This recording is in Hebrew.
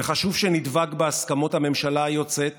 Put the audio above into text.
וחשוב שנדבק בהסכמות הממשלה היוצאת